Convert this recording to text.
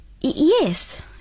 yes